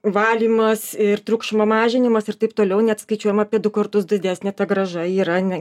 valymas ir triukšmo mažinimas ir taip toliau net skaičiuojama apie du kartus didesnė ta grąža yra ne